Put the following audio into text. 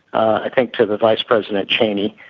i think to vice president cheney,